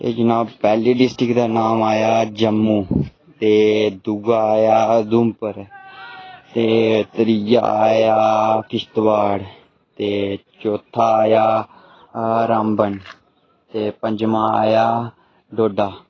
एह् जनाब पैह्ली डिस्ट्रिक्ट दा नाम आया जम्मू ते दूआ आया उधमपुर ते त्रीआ आया किश्तवाड़ ते चौथा आया रामबन ते पंजमा आया डोडा